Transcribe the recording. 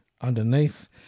Underneath